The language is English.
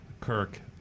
Kirk